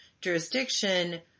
jurisdiction